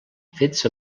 fets